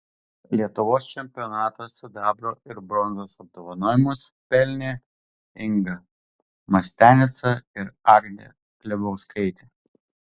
lietuvos čempionato sidabro ir bronzos apdovanojimus pelnė inga mastianica ir agnė klebauskaitė